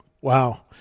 Wow